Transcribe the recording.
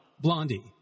Blondie